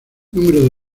número